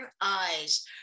eyes